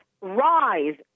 Rise